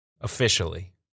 Officially